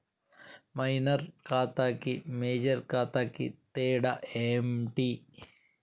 Minor ఖాతా కి major ఖాతా కి తేడా ఏంటి?